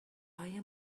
های